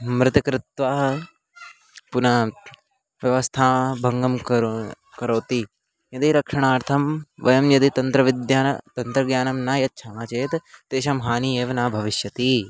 मृत कृत्वा पुनः व्यवस्था भङ्गं करो करोति यदि रक्षणार्थं वयं यदि तन्त्रविद्या न तन्त्रज्ञानं न यच्छामः चेत् तेषां हानिः एव न भविष्यति